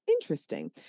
Interesting